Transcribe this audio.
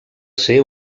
ser